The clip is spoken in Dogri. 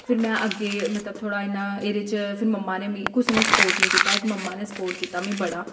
फिर में अग्गें मतलब थोह्ड़ा इ'यां एह्दे च फिर मम्मा ने मीं कुसै ने सपोर्ट निं कीता इक मम्मा ने सपोर्ट कीता मिगी बड़ा